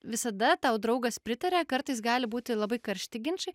visada tau draugas pritaria kartais gali būti labai karšti ginčai